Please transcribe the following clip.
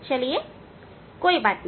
चलिए कोई बात नहीं